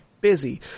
busy